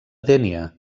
dénia